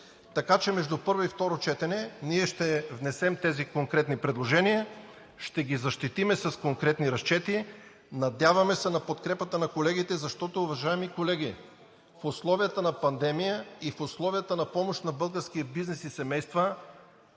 Между първо и второ четене ние ще внесем тези конкретни предложения, ще ги защитим с конкретни разчети и се надяваме на подкрепата на колегите. Уважаеми колеги, в условията на пандемия и в условията на помощ за българския бизнес и семейства